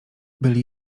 byli